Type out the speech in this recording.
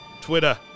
Twitter